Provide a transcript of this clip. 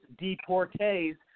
deportees